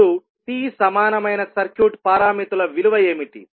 ఇప్పుడు T సమానమైన circuit పారామితుల విలువ ఏమిటి